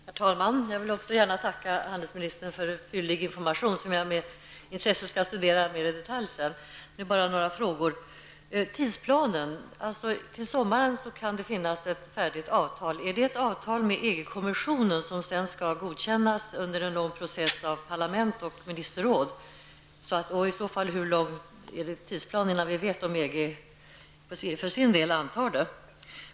Herr talman! Jag vill också gärna tacka handelsministern för en fyllig information, som jag med intresse skall studera mera i detalj senare. För det första har jag en fråga angående tidsplanen. Till sommaren kan det finnas ett färdigt avtal. Är det ett avtal med EG-kommissionen som sedan skall godkännas under en lång process av parlament och ministerråd? Hur lång är tidsplanen innan vi vet om EG för sin del antar detta?